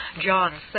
John